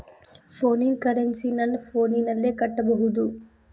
ಫೋನಿನ ಕರೆನ್ಸಿ ನನ್ನ ಫೋನಿನಲ್ಲೇ ಕಟ್ಟಬಹುದು?